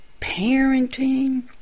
parenting